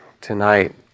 tonight